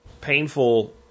painful